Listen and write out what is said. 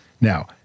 Now